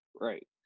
Right